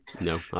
no